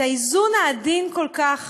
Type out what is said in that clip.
את האיזון העדין כל כך